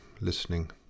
listening